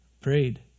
Prayed